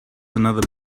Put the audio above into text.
another